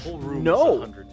No